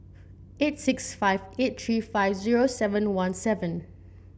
eight six five eight three five zero seven one seven